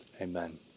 amen